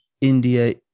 India